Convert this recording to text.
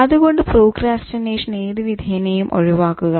അതുകൊണ്ട് പ്രോക്രാസ്റ്റിനേഷൻ ഏതു വിധേനയും ഒഴിവാക്കുക